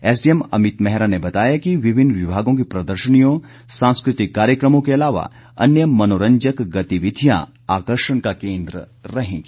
SDM Amit Mehra ने बताया कि विभिन्न विभागों की प्रदर्शनियों सांस्कृतिक कार्यक्रमों के अलावा अन्य मनोरंजक गतिविधियां आकर्षण का केन्द्र रहेंगी